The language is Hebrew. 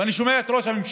ואני שומע את ראש הממשלה,